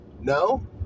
No